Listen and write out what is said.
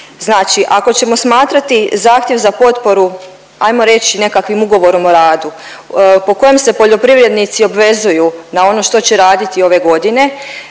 Znači ako ćemo smatrati zahtjev za potporu ajmo reć nekakvim ugovorom o radu, po koje se poljoprivrednici obvezuju na ono što će raditi ove godine